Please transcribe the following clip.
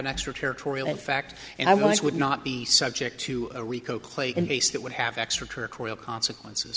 an extra territorial in fact and i would not be subject to a rico clay and base that would have extra trick or consequences